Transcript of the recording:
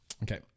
Okay